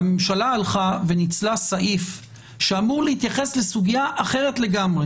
והממשלה ניצלה סעיף שאמור להתייחס לסוגיה אחרת לגמרי